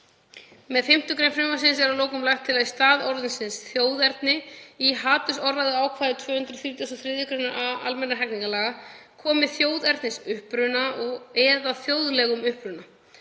Með 5. gr. frumvarpsins er að lokum lagt til að í stað orðsins „þjóðernis“ í hatursorðræðuákvæði 233. gr. a almennra hegningarlaga komi: Þjóðernisuppruna eða þjóðlegs uppruna.